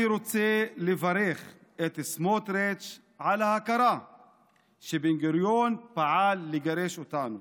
אני רוצה לברך את סמוטריץ' על ההכרה שבן-גוריון פעל לגרש אותנו